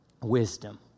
wisdom